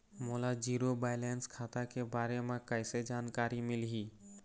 मोला zero balance खाता के बारे म कैसे जानकारी मिलही?